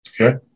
Okay